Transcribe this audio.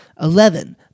Eleven